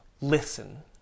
listen